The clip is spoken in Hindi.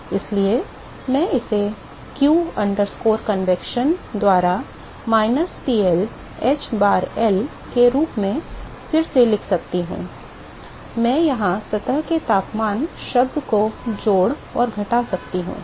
इसलिए मैं इसे q convection द्वारा minus PL h bar L के रूप में फिर से लिख सकता हूं मैं यहां सतह के तापमान शब्द को जोड़ और घटा सकता हूं